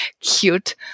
cute